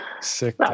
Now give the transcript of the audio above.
sick